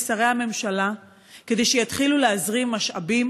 שרי הממשלה כדי שיתחילו להזרים משאבים